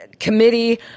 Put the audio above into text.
committee